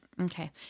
Okay